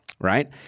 right